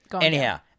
Anyhow